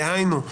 דהיינו,